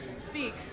speak